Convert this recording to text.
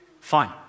Fine